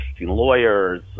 lawyers